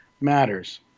matters